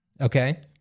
Okay